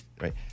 right